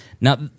now